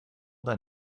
that